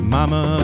Mama